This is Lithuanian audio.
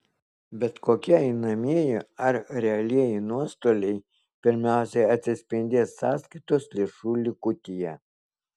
bet kokie einamieji ar realieji nuostoliai pirmiausiai atsispindės sąskaitos lėšų likutyje